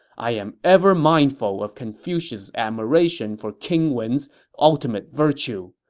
i am ever mindful of confucius' admiration for king wen's ultimate virtue.